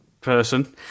person